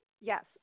Yes